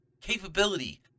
capability